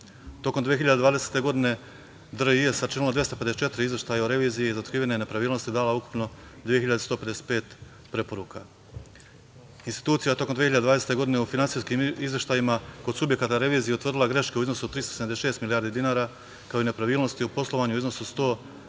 Tokom 2020. godine DRI je sačinila 254 izveštaja o reviziji i za otkrivene nepravilnosti dala ukupno 2.155 preporuka. Institucija tokom 2020. godine u finansijkim izveštajima, kod subjekata revizije utvrdila greške u iznosu od 376 milijardi dinara, kao i nepravilnosti u poslovanju u iznosu od